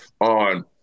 on –